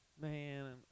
Man